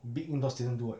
big indoors didn't do ah